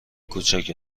کوچک